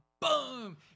Boom